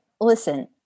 listen